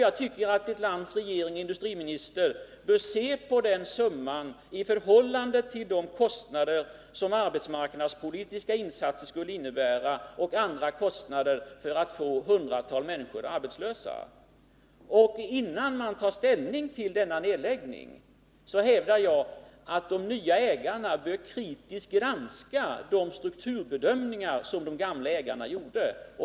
Jag tycker att ett lands regering och industriminister bör se på den summan i förhållande till de kostnader som arbetsmarknadspolitiska insatser skulle innebära och andra kostnader när hundratals människor går arbetslösa. Innan man tar ställning till denna nedläggning hävdar jag att de nya ägarna kritiskt bör granska de strukturbedömningar som de gamla ägarna gjorde.